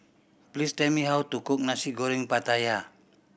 please tell me how to cook Nasi Goreng Pattaya